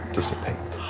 dissipate.